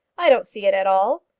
i don't see it at all.